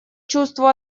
чувству